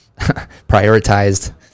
prioritized